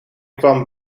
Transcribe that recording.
kwam